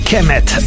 Kemet